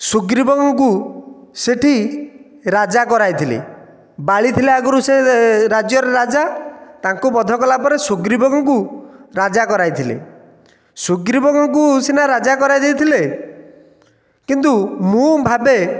ସୁଗ୍ରୀବଙ୍କୁ ସେଠି ରାଜା କରାଇଥିଲେ ବାଳୀ ଥିଲା ଆଗରୁ ସେଇ ରାଜ୍ୟର ରାଜା ତାଙ୍କୁ ବଧ କରିଲା ପରେ ସୁଗ୍ରୀବଙ୍କୁ ରାଜା କରାଇଥିଲେ ସୁଗ୍ରୀବଙ୍କୁ ସିନା ରାଜା କରାଇଯାଇଥିଲେ କିନ୍ତୁ ମୁଁ ଭାବେ